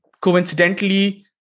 coincidentally